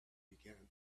began